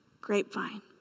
grapevine